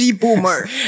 boomer